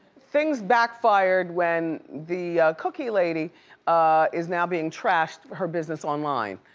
things backfired when the cookie lady is now being trashed, her business online.